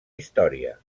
història